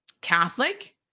Catholic